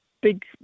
big